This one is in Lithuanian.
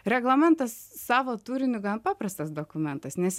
reglamentas savo turiniu gan paprastas dokumentas nes